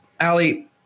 Ali